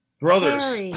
brothers